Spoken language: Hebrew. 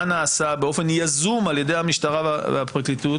נעשה באופן יזום על ידי המשטרה והפרקליטות.